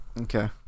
Okay